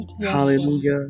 Hallelujah